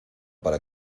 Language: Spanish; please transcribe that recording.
para